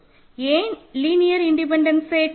ஏன் linear independent set